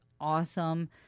awesome